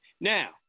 Now